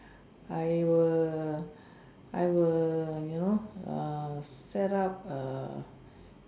I will I will you know err set up A